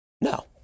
No